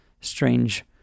strange